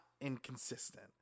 inconsistent